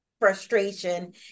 frustration